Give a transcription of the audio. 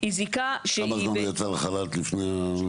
כמה זמן הוא יצא לחל"ת לפני?